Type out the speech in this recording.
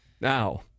Now